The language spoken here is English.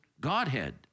Godhead